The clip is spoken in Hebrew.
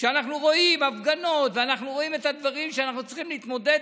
כשאנחנו רואים הפגנות ואנחנו רואים את הדברים שאנחנו צריכים להתמודד,